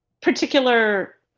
particular